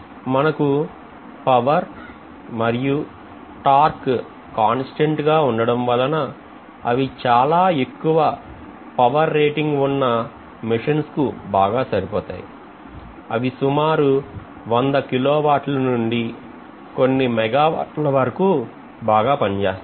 మనకు పవర్ మరియు torque constant గా ఉండటం వలన అవి చాల ఎక్కువ పవర్ రేటింగ్ వున్నా machines కు బాగా సరిపోతాయి అవి సుమారు 100 KW ల నుండి కొన్ని MW ల వరకు బాగా పనిచేస్తాయి